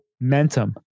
momentum